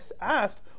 asked